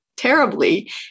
terribly